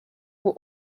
were